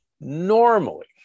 Normally